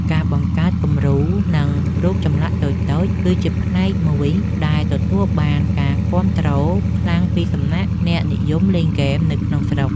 ការបង្កើតគំរូ និង រូបចម្លាក់តូចៗ គឺជាផ្នែកមួយដែលទទួលបានការគាំទ្រខ្លាំងពីសំណាក់អ្នកនិយមលេងហ្គេមនៅក្នុងស្រុក។